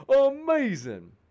amazing